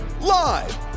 live